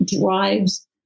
drives